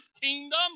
kingdom